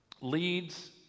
leads